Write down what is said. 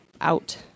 out